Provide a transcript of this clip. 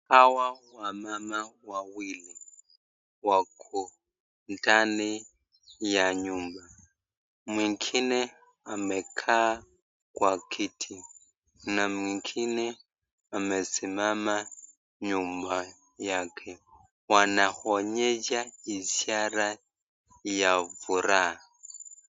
Hawa wamama wawili wako ndani ya nyumba. Mwingine amekaaa kwa kiti na mwingine amesimama nyuma yake. Wanaonyesha ishara ya furaha.